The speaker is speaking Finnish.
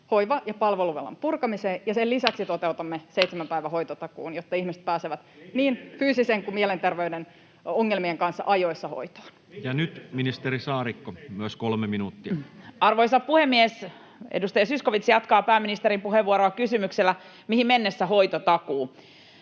hoiva- ja palveluvelan purkamiseen, ja sen lisäksi toteutamme seitsemän päivän hoitotakuun, jotta ihmiset pääsevät niin fyysisten kuin mielenterveyden ongelmien kanssa ajoissa hoitoon. [Ben Zyskowicz: Mihin mennessä toteutatte?] Ja nyt ministeri Saarikko, myös 3 minuuttia. Arvoisa puhemies! Edustaja Zyskowicz jatkaa pääministerin puheenvuoroa kysymyksellä, mihin mennessä hoitotakuu.